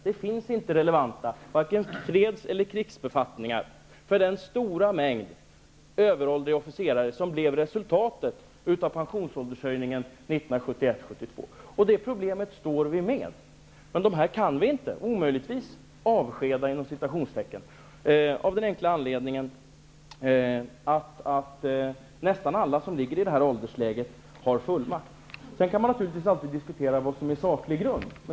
Det finns inte relevanta vare sig freds eller krigsbefattningar för den stora mängd överåriga officerare, som är ett resultat av pensionsåldershöjningen 1971-1972. Det är ett problem som vi står inför. Vi kan inte ''avskeda'' dessa officerare av den enkla anledningen att nästan alla i den här åldersgruppen har fullmaktsanställning. Sedan kan man naturligtvis diskutera vad som är saklig grund.